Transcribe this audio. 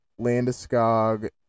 Landeskog